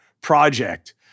project